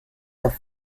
auf